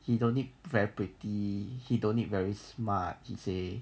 he don't need very pretty he don't need very smart he say